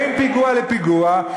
בין פיגוע לפיגוע,